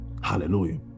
Hallelujah